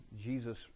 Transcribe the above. Jesus